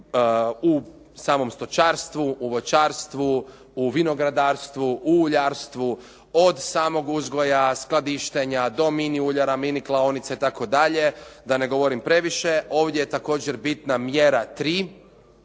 u samom stočarstvu, u voćarstvu, u vinogradarstvu, u uljarstvu, od samog uzgoja, skladištenja do mini uljara, mini klaonica itd., da ne govorim previše. Ovdje je također bitna mjera 3